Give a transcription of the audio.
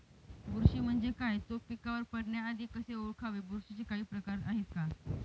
बुरशी म्हणजे काय? तो पिकावर पडण्याआधी कसे ओळखावे? बुरशीचे काही प्रकार आहेत का?